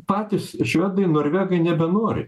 patys švedai norvegai nebenori